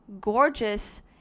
gorgeous